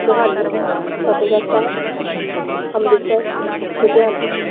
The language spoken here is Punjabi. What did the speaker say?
ਮੋਹਾਲੀ ਫਤਿਹਗੜ੍ਹ ਸਾਹਿਬ ਅੰਮ੍ਰਿਤਸਰ ਲੁਧਿਆਣਾ